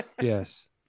Yes